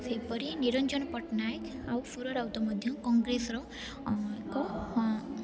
ସେହିପରି ନିରଞ୍ଜନ ପଟ୍ଟନାୟକ ଆଉ ସୁର ରାଉତ ମଧ୍ୟ କଂଗ୍ରେସର ଏକ